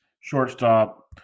shortstop